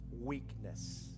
weakness